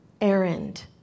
errand